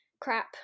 crap